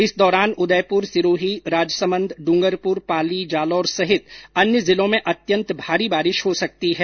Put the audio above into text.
इस दौरान उदयपुर सिरोही राजसमंद ड्रंगरपुर पाली जालौर सहित अन्य जिलों में अत्यंत भारी बारिश हो सकती है